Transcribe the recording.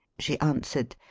she answered.